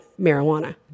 marijuana